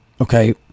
Okay